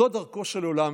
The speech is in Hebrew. זו דרכו של עולם,